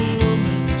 woman